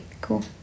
Cool